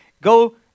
Go